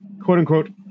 quote-unquote